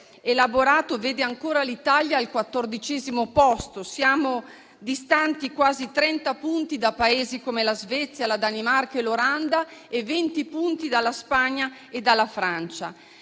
elaborato vede ancora l'Italia al quattordicesimo posto; siamo distanti quasi 30 punti da Paesi come la Svezia, la Danimarca e l'Olanda e 20 punti dalla Spagna e dalla Francia.